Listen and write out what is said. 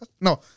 No